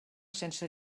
sense